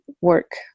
work